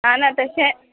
आं ना तशें